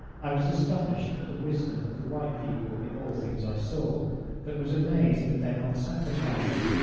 i was astonished at the wisdom of the white people in all things i saw but was amazed at their not sacrificing,